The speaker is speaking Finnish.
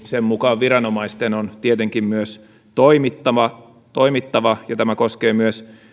sen mukaan viranomaisten on tietenkin myös toimittava toimittava ja tämä koskee myös